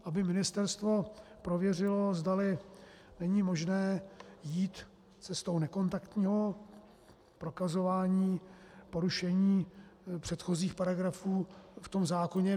Aby ministerstvo prověřilo, zdali není možné jít cestou nekontaktního prokazování porušení předchozích paragrafů v tom zákoně.